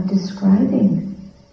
Describing